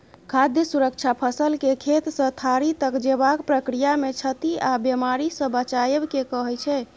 खाद्य सुरक्षा फसलकेँ खेतसँ थारी तक जेबाक प्रक्रियामे क्षति आ बेमारीसँ बचाएब केँ कहय छै